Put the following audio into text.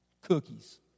Cookies